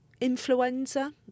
influenza